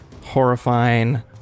horrifying